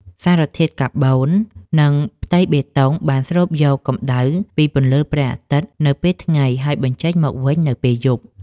សារធាតុកាបូន និងផ្ទៃបេតុងបានស្រូបយកកម្ដៅពីពន្លឺព្រះអាទិត្យនៅពេលថ្ងៃ ហើយបញ្ចេញមកវិញនៅពេលយប់។